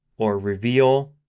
or reveal.